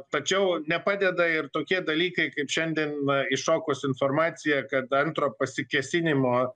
tačiau nepadeda ir tokie dalykai kaip šiandien iššokus informacija kad antro pasikėsinimo